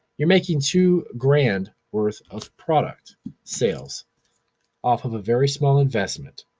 you're making two grand worth of product sales off of a very small investment.